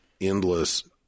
endless